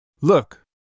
Look